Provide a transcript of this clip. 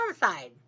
downside